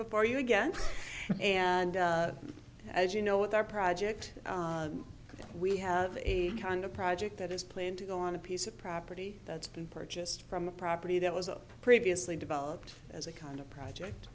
before you again and as you know with our project we have a kind of project that is planned to go on a piece of property that's been purchased from a property that was a previously developed as a kind of project